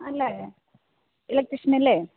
അല്ലേ ഇലക്ട്രീഷനല്ലേ